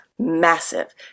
massive